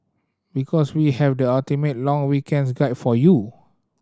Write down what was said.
because we have the ultimate long weekends guide for you